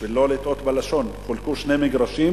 בשביל שלא אחטא בלשוני, חולקו שני מגרשים,